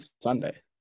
Sunday